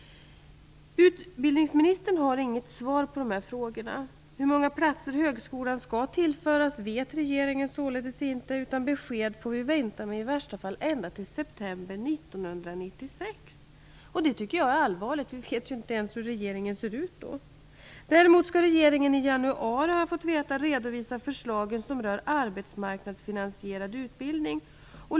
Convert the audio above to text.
Utbildningsministern har inget svar på dessa frågor. Hur många platser högskolan skall tillföras vet regeringen således inte. Vi får vänta med ett besked, i värsta fall ända tills september 1996. Det tycker jag är allvarligt. Vi vet ju inte ens hur regeringen ser ut då! Däremot har jag fått veta att regeringen i januari kommer att redovisa förslagen rörande arbetsmarknadsfinansierad utbildning.